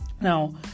Now